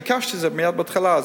ביקשתי את זה מייד בהתחלה,